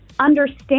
understand